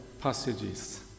passages